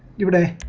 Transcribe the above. given day,